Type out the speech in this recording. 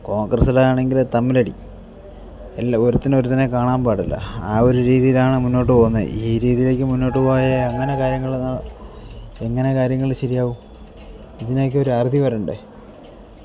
കോൺഗ്രസിലാണെങ്കിൽ തമ്മിലടി എല്ലാം ഒരുത്തനൊരുത്തനെ കാണാൻ പാടില്ല ആ ഒരു രീതിയിലാണ് മുന്നോട്ടു പോകുന്നത് ഈ രീതിയിലേക്ക് മുന്നോട്ടു പോയാൽ എങ്ങനെ കാര്യങ്ങൾ എങ്ങനെ കാര്യങ്ങൾ ശരിയാവും ഇതിനനൊക്കെ ഒരറുതി വരണ്ടേ